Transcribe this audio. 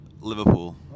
Liverpool